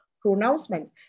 pronouncement